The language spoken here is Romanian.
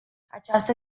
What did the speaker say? această